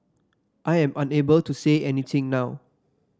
I am unable to say anything now